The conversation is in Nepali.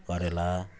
करेला